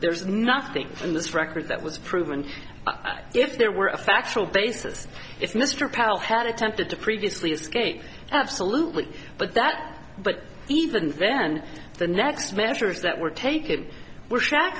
there's nothing in this record that was proven but if there were a factual basis if mr powell had attempted to previously escape absolutely but that but even then the next measures that were taken were sha